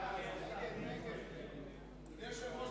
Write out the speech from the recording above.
אדוני היושב-ראש,